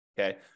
Okay